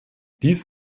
dies